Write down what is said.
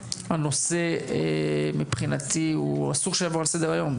הנושא מבחינתי, אסור שיעבור על סדר היום.